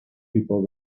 before